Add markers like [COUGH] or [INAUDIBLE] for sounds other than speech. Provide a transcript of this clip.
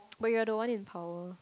[NOISE] but you are the one in power